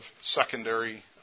secondary